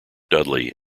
dudley